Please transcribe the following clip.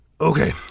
Okay